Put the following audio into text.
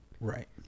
Right